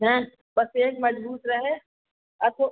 हाँ बस ऐज मज़बूत रहे आपको